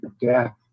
death